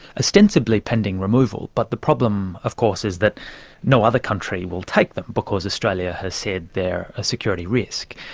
ostensibly pending removal, but the problem of course is that no other country will take them, because australia has said they're a security risk,